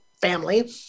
family